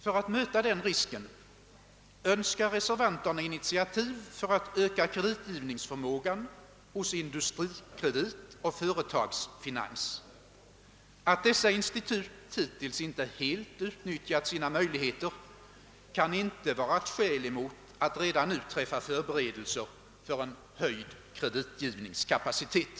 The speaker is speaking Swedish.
För att möta denna risk önskar reservanterna initiativ för att öka kreditgivningsförmågan hos Industrikredit och Företagskredit. Att dessa institut hittills inte helt utnyttjat sina möjligheter kan inte vara ett skäl emot att redan nu träffa förberedelser för en höjd kreditgivningskapacitet.